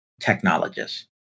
technologists